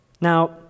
Now